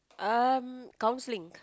um counselling